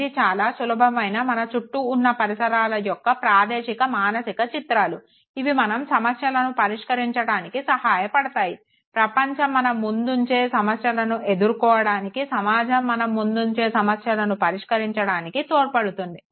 ఇది చాలా సులభమైన మన చుటూ ఉన్న పరిసరాల యొక్క ప్రాదేశిక మానసిక చిత్రాలు ఇవి మనం సమస్యలను పరిష్కరించడానికి సహాయపడతాయి ప్రపంచం మన ముందుంచే సమస్యలను ఎదుర్కోవడానికి సమాజం మన ముందు ఉంచే సమస్యలను పరిష్కరించడానికి తోడ్పడుతుంది